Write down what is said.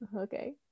Okay